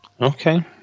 Okay